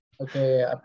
Okay